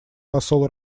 посол